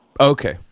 Okay